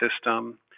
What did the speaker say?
system